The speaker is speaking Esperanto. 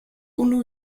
unu